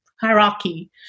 hierarchy